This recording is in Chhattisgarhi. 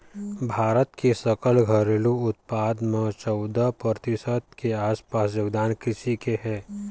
भारत के सकल घरेलू उत्पाद म चउदा परतिसत के आसपास योगदान कृषि के हे